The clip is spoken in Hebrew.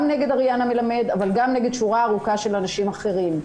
גם נגד אריאנה מלמד אבל גם נגד שורה ארוכה של אנשים אחרים.